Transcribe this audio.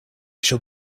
shall